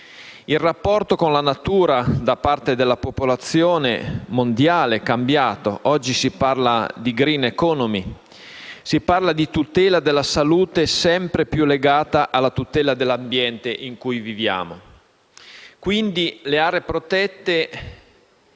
del rapporto con la natura da parte della popolazione mondiale. Oggi si parla di *green economy* e di tutela della salute sempre più legata alla tutela dell'ambiente in cui viviamo. Le aree protette